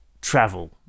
travel